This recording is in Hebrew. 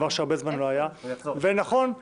דבר